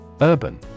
Urban